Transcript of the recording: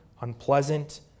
unpleasant